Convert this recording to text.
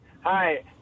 Hi